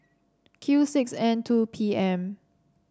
Q six N two P M